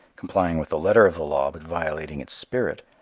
complying with the letter of the law but violating its spirit,